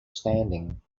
standing